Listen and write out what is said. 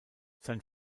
sein